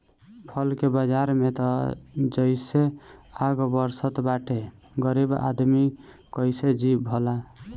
फल के बाजार में त जइसे आग बरसत बाटे गरीब आदमी कइसे जी भला